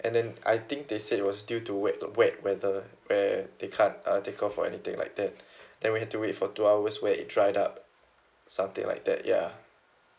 and then I think they said it was due to wet wet weather where they can't uh take off or anything like that then we had to wait for two hours where it dried up something like that ya